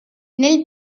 nel